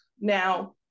now